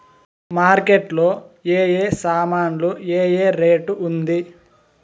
Market లో ఏ ఏ సామాన్లు ఏ ఏ రేటు ఉంది?